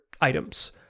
Items